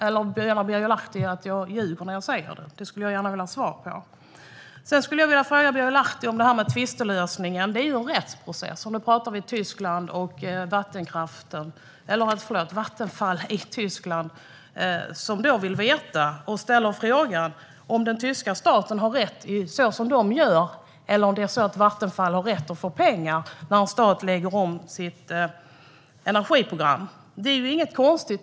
Eller menar Birger Lahti att jag ljuger när jag säger det? Det skulle jag gärna vilja ha svar på. Sedan skulle jag vilja fråga Birger Lahti om tvistlösningen. Det är en rättsprocess. Nu pratar vi om Vattenfall i Tyskland. Vattenfall ställer frågan om den tyska staten har rätt att göra som man gör eller om Vattenfall har rätt att få pengar när en stat lägger om sitt energiprogram. Det är inget konstigt.